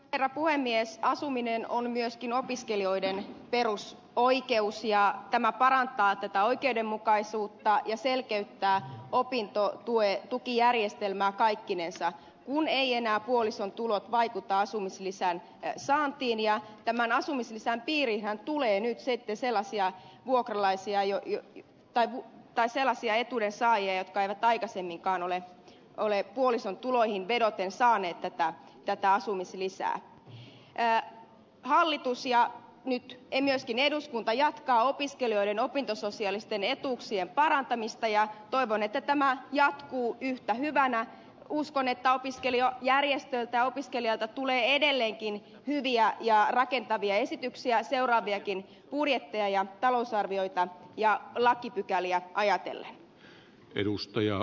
varapuhemies asuminen on myöskin opiskelijoiden perus oikeus ja tämä parantaa epäoikeudenmukaisuutta ja selkeyttää opintotuen tukijärjestelmä kaikkinensa ei enää puolison tulot vaikuta asumislisän saantiin ja tämän asumislisän piiriin hän tulee nyt sitten sellasia vuokralaisia joille tai tai sellasia etuuden saajien päivä tai käsininkaan ole olleet puolison tuloihin vedoten sahanneet että tätä asumislisään hyppäämään hallitus ja ne keniaskin eduskunta ja opiskelijoiden opintososiaalisten etuuksien parantamista ja toivon että tämä jatkuu yhtä hyvänä uskon että opiskelija ja niinistöltä opiskelijalta tulee edelleenkin hyviä ja rakentavia esityksiä seuraavienkin budjetteja ja talousarvioita ja lakipykäliä ajatellen edustajia